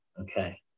Okay